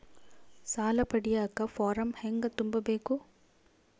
ಸಾಲ ಪಡಿಯಕ ಫಾರಂ ಹೆಂಗ ತುಂಬಬೇಕು?